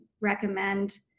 recommend